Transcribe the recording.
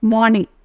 Morning